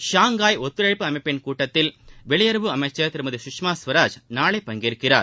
Shanghai ஒத்துழைப்பு அமைப்பின் கூட்டத்தில் வெளியுறவு அமைச்சர் திருமதி சுஷ்மா ஸ்வராஜ் நாளை பங்கேற்கிறார்